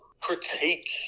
critique